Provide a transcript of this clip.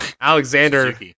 Alexander